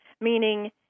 Meaning